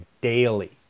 daily